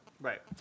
Right